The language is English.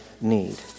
need